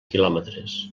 quilòmetres